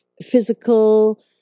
physical